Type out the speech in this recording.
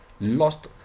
lost